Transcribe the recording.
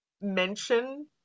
mention